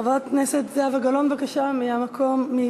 חברת הכנסת זהבה גלאון, בבקשה, מכאן.